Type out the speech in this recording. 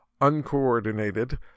uncoordinated